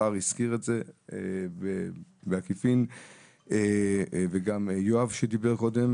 גם השר הזכיר את זה וגם יואב שדיבר קודם